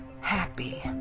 happy